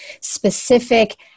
specific